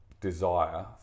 desire